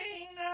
Sing